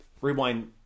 rewind